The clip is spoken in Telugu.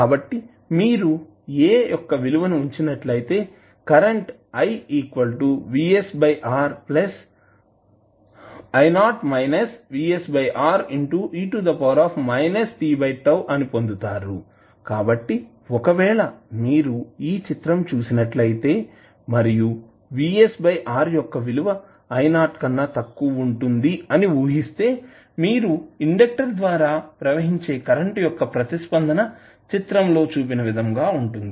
కాబట్టి మీరు A యొక్క విలువను ఉంచినట్లయితే కరెంట్ అని పొందుతారు కాబట్టిఒకవేళ మీరు ఈ చిత్రం చూసినట్లయితే మరియు Vs R యొక్క విలువ I0 కన్నా తక్కువ ఉంటుంది అని ఊహిస్తే మీరు ఇండక్టర్ ద్వారా ప్రవహించే కరెంట్ యొక్క ప్రతిస్పందన చిత్రంలో చూపిన విధంగా ఉంటుంది